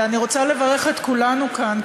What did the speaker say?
אני רוצה לברך את כולנו כאן,